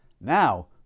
Now